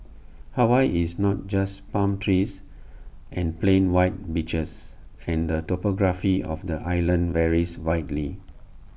Hawaii is not just palm trees and plain white beaches and the topography of the islands varies widely